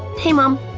hey mom!